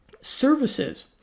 services